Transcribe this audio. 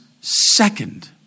second